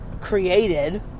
created